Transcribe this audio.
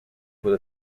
with